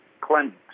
clinics